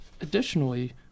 Additionally